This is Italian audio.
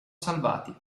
salvati